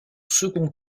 second